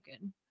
good